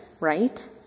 right